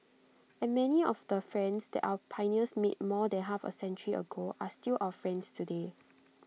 and many of the friends that our pioneers made more than half A century ago are still our friends today